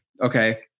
okay